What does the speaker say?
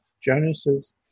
Jonas's